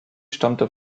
stammte